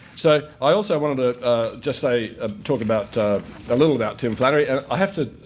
so, i also wanted to just say ah talk about a little about tim flannery. and i have to,